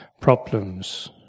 problems